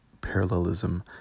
parallelism